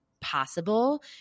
possible